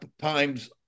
times